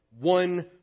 one